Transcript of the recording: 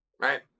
Right